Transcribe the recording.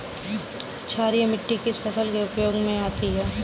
क्षारीय मिट्टी किस फसल में प्रयोग की जाती है?